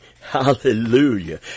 Hallelujah